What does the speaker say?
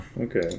Okay